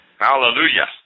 Hallelujah